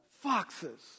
foxes